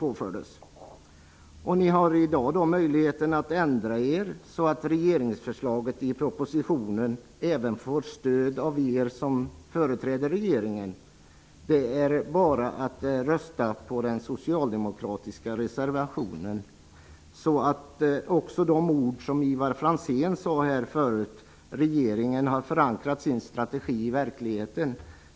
Ni har i dag möjligheten att ändra er, så att regeringsförslaget i proposition 1993/94:56 får stöd även av er som företräder regeringen. Det är bara att rösta på den socialdemokratiska reservationen. Ivar Franzén sade tidigare att regeringen har förankrat sin strategi i verkligheten.